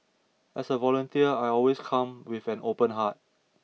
as a volunteer I always come with an open heart